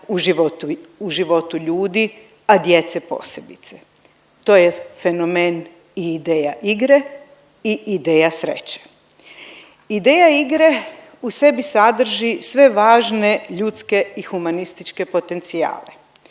u životu ljudi, a djece posebice. To je fenomen i ideja igre i ideja sreće. Ideja igre u sebi sadrži sve važne ljudske i humanističke potencijale,